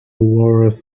walrus